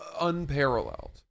unparalleled